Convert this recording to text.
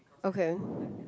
okay